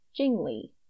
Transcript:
Jingli